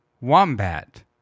Wombat